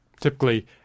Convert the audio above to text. Typically